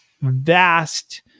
vast